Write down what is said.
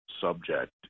subject